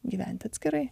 gyventi atskirai